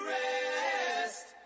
rest